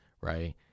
right